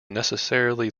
necessarily